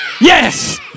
Yes